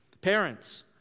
Parents